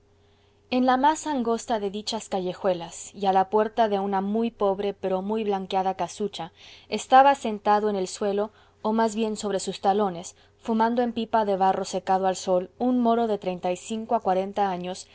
en la más angosta de dichas callejuelas y a la puerta de una muy pobre pero muy blanqueada casucha estaba sentado en el suelo o más bien sobre sus talones fumando en pipa de barro secado al sol un moro de treinta y cinco a cuarenta años